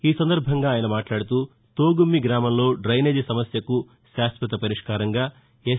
ఈ సందర్భంగా ఆయన మాట్లాడుతూ తోగుమ్మి గ్రామంలో డైనేజ్ సమస్యకు శాశ్వత పరిష్కారంగా ఎస్